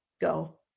go